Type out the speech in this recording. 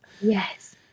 Yes